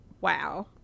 Wow